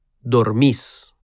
dormís